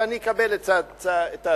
ואני אקבל את הצעתך.